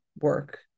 work